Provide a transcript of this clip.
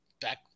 back